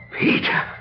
Peter